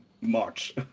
March